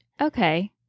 Okay